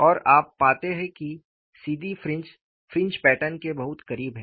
और आप पाते हैं कि सीधी फ्रिंज फ्रिंज पैटर्न के बहुत करीब है